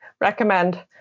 recommend